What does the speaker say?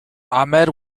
ahmed